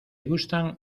gustan